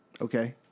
Okay